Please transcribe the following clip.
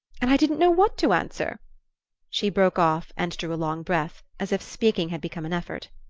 and i didn't know what to answer she broke off and drew a long breath, as if speaking had become an effort.